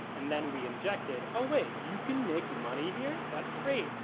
and then we inject it. oh, wait, you can make money here? that's great.